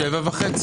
שבע וחצי.